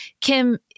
Kim